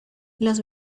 los